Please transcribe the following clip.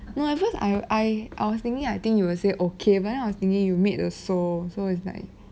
no at first I I I was thinking I think you will say okay but then I was thinking you made the sole so it's like